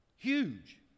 huge